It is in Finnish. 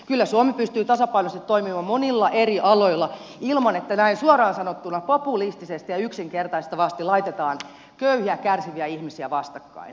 kyllä suomi pystyy tasapainoisesti toimimaan monilla eri aloilla ilman että näin suoraan sanottuna populistisesti ja yksinkertaistavasti laitetaan köyhiä kärsiviä ihmisiä vastakkain